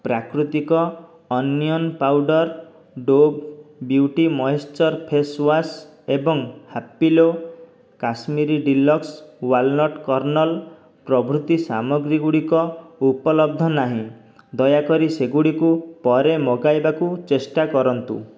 ପ୍ରାକୃତିକ onion powder Dove beauty moisture face wash ଏବଂ Happilo Kashmiri deluxe walnut kernel ପ୍ରଭୃତି ସାମଗ୍ରୀଗୁଡ଼ିକ ଉପଲବ୍ଧ ନାହିଁ ଦୟାକରି ସେଗୁଡ଼ିକୁ ପରେ ମଗାଇବାକୁ ଚେଷ୍ଟା କରନ୍ତୁ